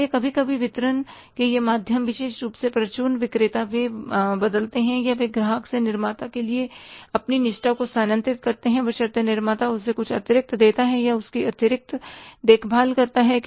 इसलिए कभी कभी वितरण के ये माध्यम विशेष रूप से परचून विक्रेता वे बदलते हैं या वे ग्राहक से निर्माता के लिए अपनी निष्ठा को स्थानांतरित करते हैं बशर्ते निर्माता उसे कुछ अतिरिक्त देता है या उसकी अतिरिक्त देखभाल करता है